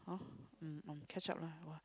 mm in chatch up lah